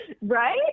Right